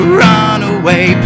runaway